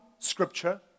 scripture